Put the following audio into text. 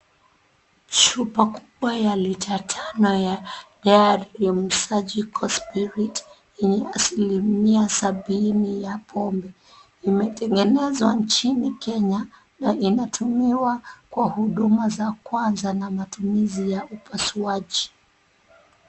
Chupa kubwa ya lita tano ya Diarim surgical spirit , yenye asilimia sabini ya pombe, imetengenezwa nchini Kenya na inatumiwa kwa huduma za kwanza na matumizi ya upasuaji.